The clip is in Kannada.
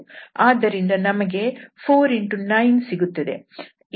ಆದ್ದರಿಂದ ನಮಗೆ 49 ಸಿಗುತ್ತದೆ